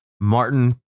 Martin